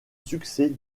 succès